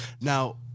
Now